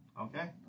Okay